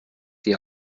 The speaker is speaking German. die